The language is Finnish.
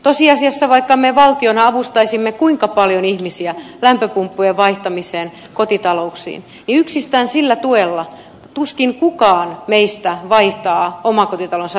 tosiasiassa vaikka me valtiona avustaisimme kuinka paljon ihmisiä lämpöpumppujen vaihtamisessa kotitalouksiin niin yksistään sillä tuella tuskin kukaan meistä vaihtaa omakotitalonsa lämmityspumppua